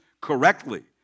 correctly